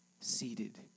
seated